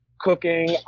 cooking